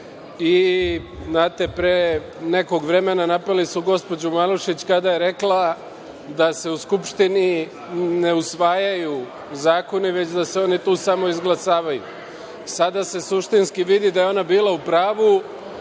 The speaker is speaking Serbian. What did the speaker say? i, znate, pre nekog vremena napali su gospođu Malušić kada je rekla da se u Skupštini ne usvajaju zakoni, već da se oni tu samo izglasavaju. Sada se suštinski vidi da je ona bila u pravu